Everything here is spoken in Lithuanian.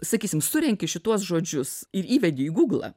sakysim surenki šituos žodžius ir įvedi į guglą